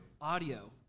audio